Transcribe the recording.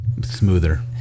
smoother